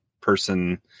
person